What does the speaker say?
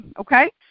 okay